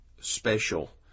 special